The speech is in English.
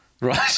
Right